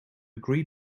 agree